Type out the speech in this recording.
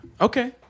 Okay